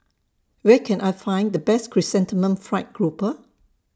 Where Can I Find The Best Chrysanthemum Fried Grouper